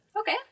Okay